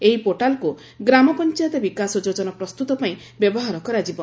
ଏହି ପୋର୍ଟାଲ୍କୁ ଗ୍ରାମ ପଞ୍ଚାୟତ ବିକାଶ ଯୋଜନା ପ୍ରସ୍ତୁତ ପାଇଁ ବ୍ୟବହାର କରାଯିବ